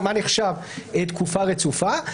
מה נחשב תקופה רצופה?